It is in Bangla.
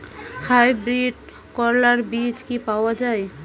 হাইব্রিড করলার বীজ কি পাওয়া যায়?